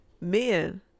Men